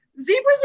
Zebras